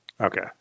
Okay